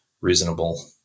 reasonable